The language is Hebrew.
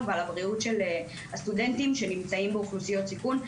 ועל הבריאות של הסטודנטים שנמצאים באוכלוסיות סיכון,